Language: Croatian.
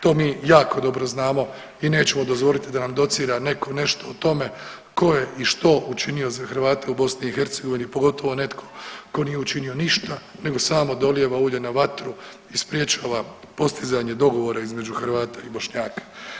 To mi jako dobro znamo i nećemo dozvoliti da nam docira netko nešto o tome tko je i što učinio za Hrvate u Bosni i Hercegovini pogotovo netko tko nije učinio ništa, nego samo dolijeva ulje na vatru i sprječava postizanje dogovora između Hrvata i Bošnjaka.